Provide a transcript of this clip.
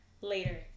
later